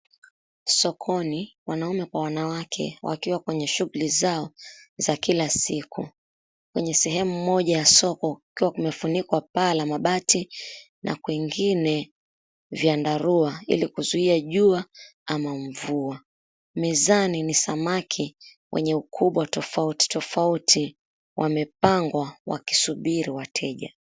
Sokoni, wanaume kwa wanawake wakiwa kwenye shughuli zao za kila siku. Kwenye sehemu moja ya soko, kukiwa kumefunikwa paa la mabati na kwingine vyandarua. Ili kuzuia jua ama mvua. Mezani ni samaki wenye ukubwa tofauti tofauti, wamepangwa wakisubiri wateja.